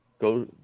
go